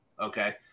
Okay